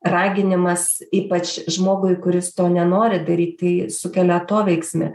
raginimas ypač žmogui kuris to nenori daryti sukelia atoveiksmį